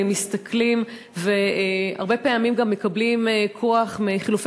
מסתכלים והרבה פעמים גם מקבלים כוח מחילופי